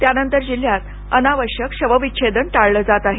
त्या नंतर जिल्ह्यात अनावश्यक शवविच्छेदन टाळले जात आहे